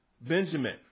Benjamin